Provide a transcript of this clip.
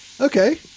Okay